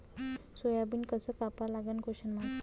Soybean कस कापा लागन?